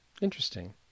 Interesting